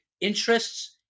interests